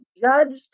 judged